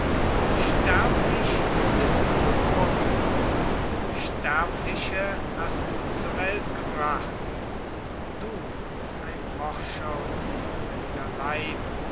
sterblich bist du geboren sterbliche hast du zur welt gebracht du ein morscher und hinfälliger leib